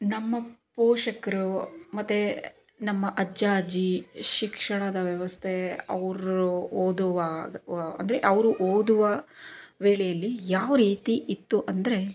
ನಮ್ಮ ಪೋಷಕರು ಮತ್ತೆ ನಮ್ಮ ಅಜ್ಜ ಅಜ್ಜಿ ಶಿಕ್ಷಣದ ವ್ಯವಸ್ಥೆ ಅವರು ಓದುವಾಗ ಅಂದರೆ ಅವರು ಓದುವ ವೇಳೆಯಲ್ಲಿ ಯಾವ ರೀತಿ ಇತ್ತು ಅಂದರೆ